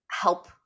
help